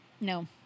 No